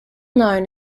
known